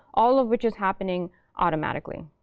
all of which is happening automatically.